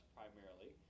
primarily